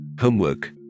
homework